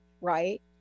right